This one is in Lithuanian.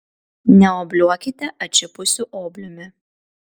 neobliuokite atšipusiu obliumi